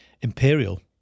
imperial